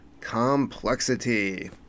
Complexity